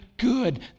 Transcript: good